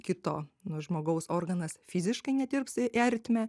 kito na žmogaus organas fiziškai nedirbs į ertmę